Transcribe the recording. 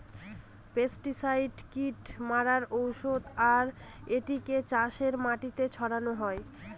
pesticide কীট মারার ঔষধ আর এটিকে চাষের মাটিতে ছড়ানো হয়